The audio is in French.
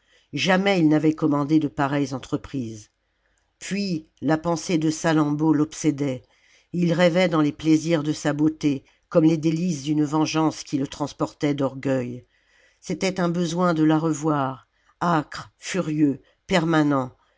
jamais il n'avait commandé de pareilles entreprises puis la pensée de salammbô l'obsédait et il rêvait dans les plaisirs de sa beauté comme les délices d'une vengeance qui le transportait d'orgueil c'était un besoin de la revoir acre furieux permanent